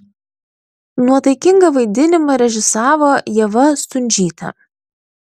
nuotaikingą vaidinimą režisavo ieva stundžytė